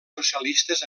socialistes